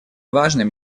важным